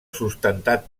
sustentat